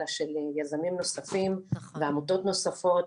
אלא של יזמים נוספים ועמותות נוספות,